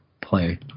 play